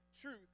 truth